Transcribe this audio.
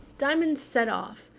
diamond set off,